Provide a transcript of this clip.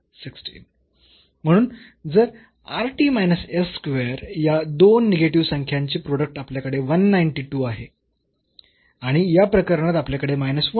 म्हणून जर या दोन निगेटिव्ह संख्येचे प्रोडक्ट आपल्याकडे 192 आहे आणि या प्रकरणात आपल्याकडे आहे